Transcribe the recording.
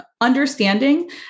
understanding